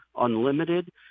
Unlimited